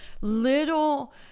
little